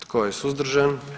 Tko je suzdržan?